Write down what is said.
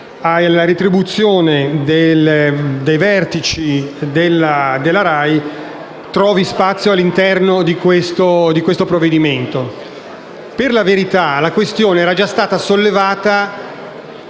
alle retribuzioni dei vertici della RAI trovi spazio all'interno di questo provvedimento. Per la verità, la questione era già stata sollevata